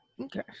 Okay